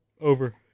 over